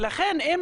ולכן,